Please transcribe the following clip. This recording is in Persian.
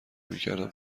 میکردم